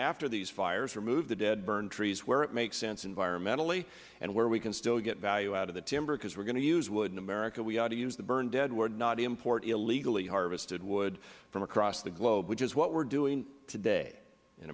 after these fires remove the dead burned trees where it makes sense environmentally and where we can still get value out of the timber because we are going to use wood in america we ought to use the burned dead wood not import illegally harvested wood from across the globe which is what we are doing today in